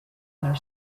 their